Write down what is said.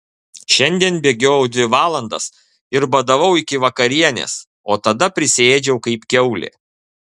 šiandien bėgiojau dvi valandas ir badavau iki vakarienės o tada prisiėdžiau kaip kiaulė